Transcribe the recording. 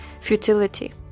futility